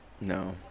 No